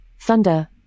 Thunder